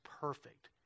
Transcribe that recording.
perfect